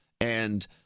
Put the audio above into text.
and-